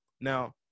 Now